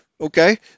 okay